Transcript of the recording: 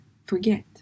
Forget